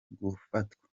gufatwa